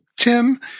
Tim